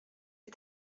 est